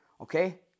okay